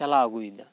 ᱪᱟᱞᱟᱣ ᱟᱹᱜᱩᱭᱮᱫᱟ